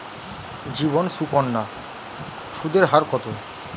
জীবন সুকন্যা সুদের হার কত?